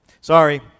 Sorry